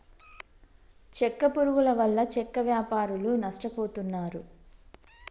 చెక్క పురుగుల వల్ల చెక్క వ్యాపారులు నష్టపోతున్నారు